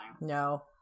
no